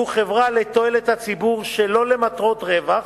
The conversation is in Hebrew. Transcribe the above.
שהוא חברה לתועלת הציבור שלא למטרת רווח,